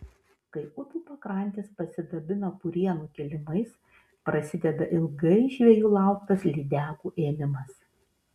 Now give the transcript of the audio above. kai upių pakrantės pasidabina purienų kilimais prasideda ilgai žvejų lauktas lydekų ėmimas